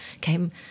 came